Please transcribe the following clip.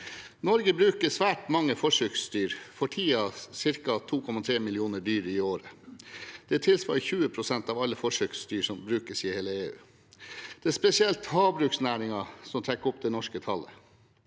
Norge bruker svært mange forsøksdyr, for tiden ca. 2,3 millioner dyr i året. Det tilsvarer 20 pst. av alle forsøksdyr som brukes i hele EU. Det er spesielt havbruksnæringen som trekker opp det norske tallet.